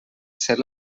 ser